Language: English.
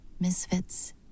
Misfits